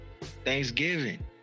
Thanksgiving